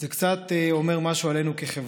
זה קצת אומר משהו עלינו כחברה.